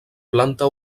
planta